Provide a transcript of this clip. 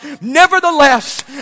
Nevertheless